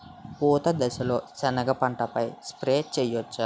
పూత దశలో సెనగ పంటపై స్ప్రే చేయచ్చా?